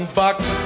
bucks